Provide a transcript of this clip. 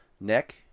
neck